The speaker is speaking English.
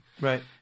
Right